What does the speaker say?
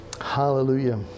Hallelujah